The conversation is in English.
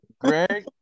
Greg